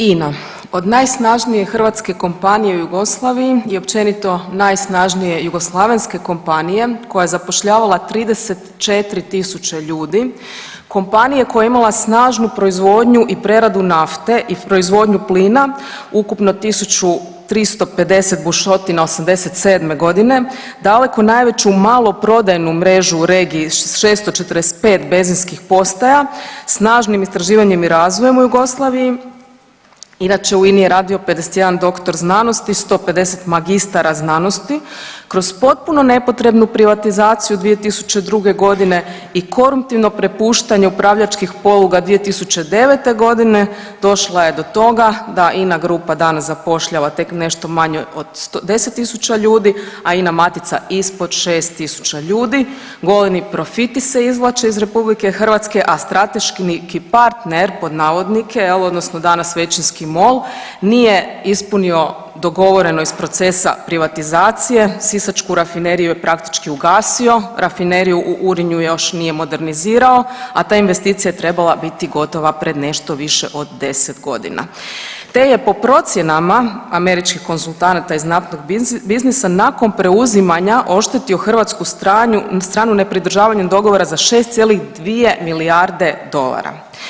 INA, od najsnažnije hrvatske kompanije u Jugoslaviji i općenito najsnažnije jugoslavenske kompanije koja je zapošljavala 34.000 ljudi, kompanije koja je imala snažnu proizvodnju i preradu nafte i proizvodnju plina, ukupno 1.350 bušotina '87. godine, daleko najveću maloprodajnu mrežu u regiji s 645 benzinskih postaja, snažnim istraživanjem i razvojem u Jugoslaviji, inače u INI je radio 51 doktor znanosti i 150 magistara znanosti, kroz potpuno nepotrebnu privatizaciju 2002. godine i koruptivno prepuštanje upravljačkih poluga 2009. godine došla je do toga da INA grupa danas zapošljava tek nešto manje od 10.000 ljudi, a INA matica ispod 6.000 ljudi, golemi profiti se izvlače iz RH, a strateški partner pod navodnike jel odnosno danas većinski MOL nije ispunio dogovoreno iz procesa privatizacije, sisačku rafineriju je praktički ugasio, rafineriju u Urinju još nije modernizirao, a ta investicija je trebala biti gotova pred nešto više od 10 godina te je po procjenama američkih konzultanata iz naftnog biznisa nakon preuzimanja oštetio hrvatsku stranu nepridržavanjem dogovora za 6,2 milijarde dolara.